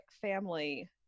family